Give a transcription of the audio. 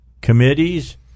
committees